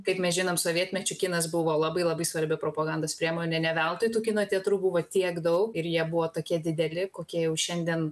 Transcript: kaip mes žinom sovietmečiu kinas buvo labai labai svarbi propagandos priemonė ne veltui tų kino teatrų buvo tiek daug ir jie buvo tokie dideli kokie jau šiandien